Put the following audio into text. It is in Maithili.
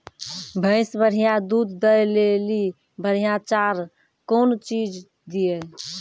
भैंस बढ़िया दूध दऽ ले ली बढ़िया चार कौन चीज दिए?